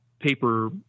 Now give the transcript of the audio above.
paper